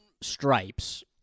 stripes